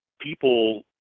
people